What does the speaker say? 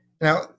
Now